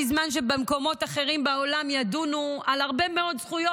בזמן שבמקומות אחרים בעולם ידונו על הרבה מאוד זכויות,